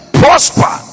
prosper